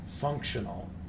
functional